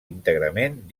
íntegrament